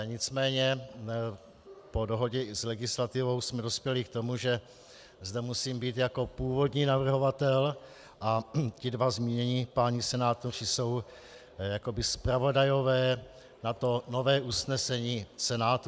Nicméně po dohodě i s legislativou jsme dospěli k tomu, že zde musím být jako původní navrhovatel, a ti dva zmínění páni senátoři jsou jakoby zpravodajové na to nové usnesení Senátu.